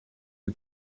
who